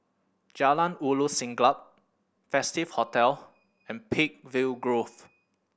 Jalan Ulu Siglap Festive Hotel and Peakville Grove